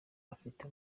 ufite